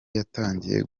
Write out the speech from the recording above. yatangiye